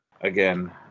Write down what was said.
Again